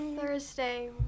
Thursday